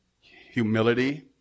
humility